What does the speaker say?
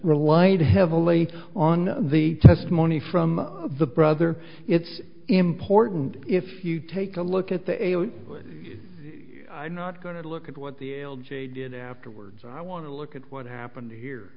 relied heavily on the testimony from the brother it's important if you take a look at the i'm not going to look at what the l g a did afterwards i want to look at what happened he